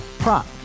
Prop